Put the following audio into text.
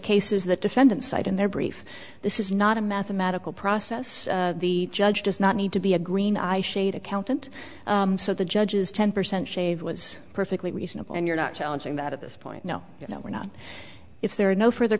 cases the defendant cite in their brief this is not a mathematical process the judge does not need to be a green eye shade accountant so the judges ten percent shave was perfectly reasonable and you're not challenging that at this point no you know we're not if there are no further